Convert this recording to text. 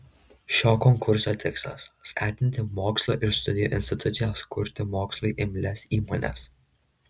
šio konkurso tikslas skatinti mokslo ir studijų institucijas kurti mokslui imlias įmones